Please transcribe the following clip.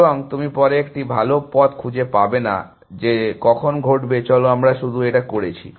এবং তুমি পরে একটি ভাল পথ খুঁজে পাবে না যে কখন ঘটবে চলো আমরা শুধু এটা করেছি